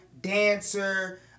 dancer